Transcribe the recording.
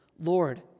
Lord